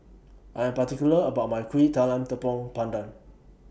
I Am particular about My Kuih Talam Tepong Pandan